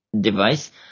device